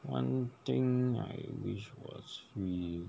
one thing I wish was free